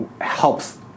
helps